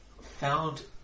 found